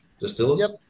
Distillers